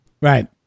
right